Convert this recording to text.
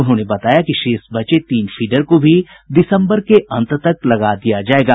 उन्होंने बताया कि शेष बचे तीन फीडर को भी दिसंबर के अंत तक लगा दिया जायेगा